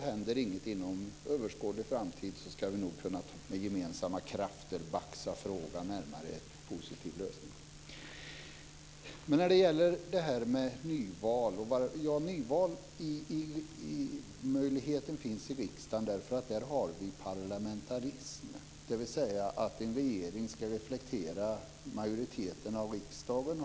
Händer det inget inom överskådlig framtid ska vi nog med gemensamma krafter kunna baxa frågan närmare en positiv lösning. Nyvalsmöjligheten finns i riksdagen därför att vi här har parlamentarism, dvs. att en regering ska reflektera majoriteten av riksdagen.